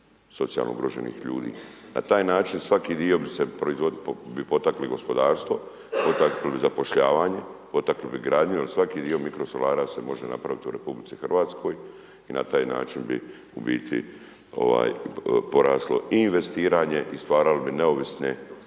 socijalno ugroženih ljudi. Na taj način svaki dio bi potakli gospodarstvo, potakli bi zapošljavanje, potakli bi gradnju jer svaki dio mikrosolara se može napraviti u RH i na taj način bi u biti poraslo i investiranje i stvarali bi neovisne